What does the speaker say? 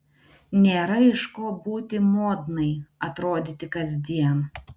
nėra iš ko būti modnai atrodyti kasdien